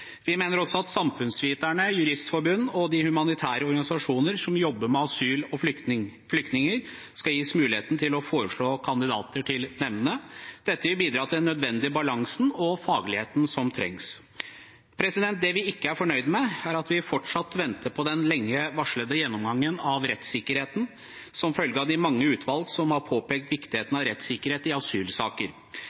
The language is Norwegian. Vi mener også at Samfunnsviterne, Juristforbundet og de humanitære organisasjoner som jobber med asylsøkere og flyktninger, skal gis muligheten til å foreslå kandidater til nemndene. Dette vil bidra til den nødvendige balansen og fagligheten som trengs. Det vi ikke er fornøyd med, er at vi fortsatt venter på den lenge varslede gjennomgangen av rettssikkerheten som følge av de mange utvalg som har påpekt viktigheten av rettssikkerhet i asylsaker.